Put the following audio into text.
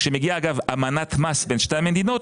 כאשר מגיעה אמנת מס בין שתי המדינות,